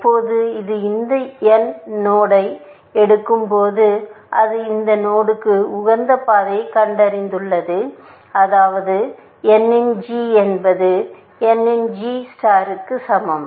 எப்போது இது இந்த nநோடு ஐ எடுக்கும் போது அது அந்த நோடுக்கு உகந்த பாதையைக் கண்டறிந்துள்ளது அதாவது n இன் g என்பது n இன் g நட்சத்திரத்திற்கு சமம்